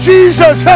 Jesus